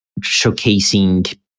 showcasing